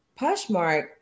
Poshmark